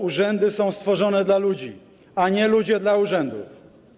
Urzędy są stworzone dla ludzi, a nie ludzie dla urzędów.